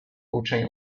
uczeń